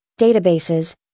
Databases